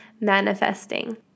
manifesting